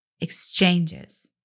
exchanges